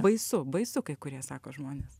baisu baisu kai kurie sako žmonės